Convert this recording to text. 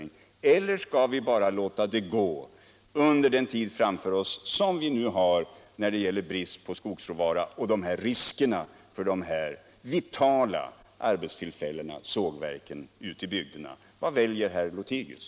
Eller skall vi bara låta det gå? Vi har en tid framför oss med brist på skogsråvara och då är det risk för dessa vitala arbetstillfällen ute i bygderna. Vad väljer herr Lothigius?